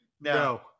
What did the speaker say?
no